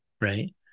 right